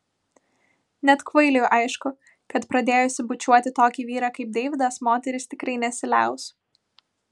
net kvailiui aišku kad pradėjusi bučiuoti tokį vyrą kaip deividas moteris tikrai nesiliaus